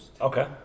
Okay